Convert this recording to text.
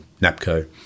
NAPCO